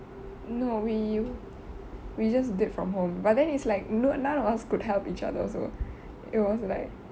no we we just did from home but then is like no none of us could help each other also it was like